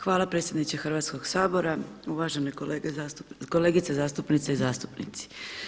Hvala predsjedniče Hrvatskog sabora, uvažene kolegice zastupnice i zastupnici.